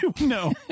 no